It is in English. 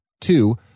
two